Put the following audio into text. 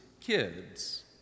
kids